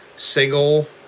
Single